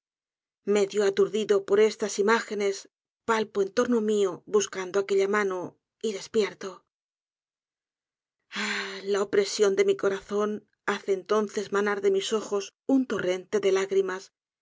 medio aturdido por estas imágenes palpo en torno mió buscando aquella mano y despierto ah la opresión de mi corazón hace entonces manar de mis ojos un torrente de lágrimas